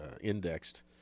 indexed